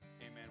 Amen